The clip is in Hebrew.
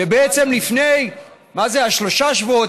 ובעצם לפני שלושה שבועות,